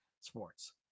sports